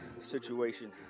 situation